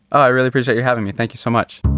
i really appreciate you having me. thank you so much